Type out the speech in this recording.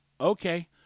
Okay